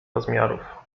rozmiarów